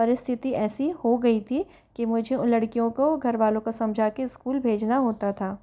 परिस्थिति ऐसी हो गई थी कि मुझे उन लड़कियों को घरवालों को समझा के स्कूल भेजना होता था